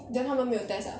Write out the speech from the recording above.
then 他们没有 test ah